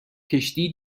کشتی